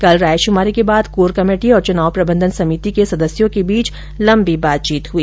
कल रायशुमारी के बाद कोर कमेटी और चुनाव प्रबंधन समिति के सदस्यों की बीच लंबी बातचीत हई